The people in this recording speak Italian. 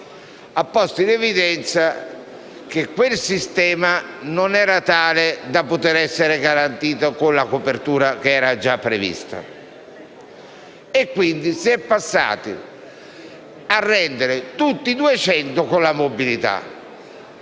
ha posto in evidenza che quel sistema non era tale da poter essere garantito con la copertura già prevista. E, quindi, si è pensato di prendere tutte le 200 unità con la mobilità.